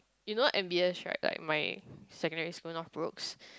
you know M_B_S right that my secondary school of Brookes